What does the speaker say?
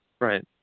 Right